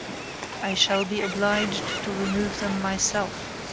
i shall be obliged to remove them myself.